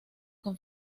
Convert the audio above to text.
con